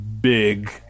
big